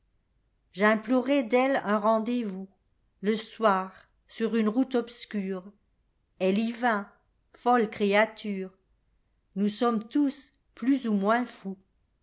j'implorai d'elle un rendez-vous le soir sur une route obscure elle y vint folle créature nous sommes tous plus ou moins fousl